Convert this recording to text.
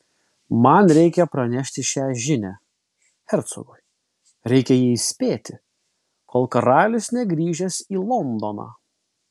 man reikia pranešti šią žinią hercogui reikia jį įspėti kol karalius negrįžęs į londoną